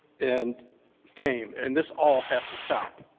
and fame, and this all has to stop.